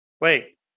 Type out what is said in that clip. wait